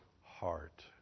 heart